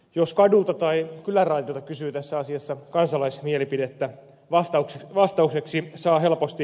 jos kadulta tai kylänraitilta kysyy tästä asiasta kansalaismielipidettä vastaukseksi saa helposti